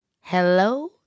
Hello